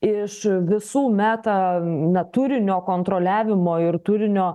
iš visų meta natūrinio kontroliavimo ir turinio